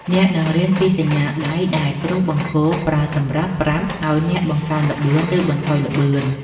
អ្នកនឹងរៀនពីសញ្ញាដៃដែលគ្រូបង្គោលប្រើសម្រាប់ប្រាប់ឱ្យអ្នកបង្កើនល្បឿន ឬបន្ថយល្បឿន។